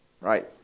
right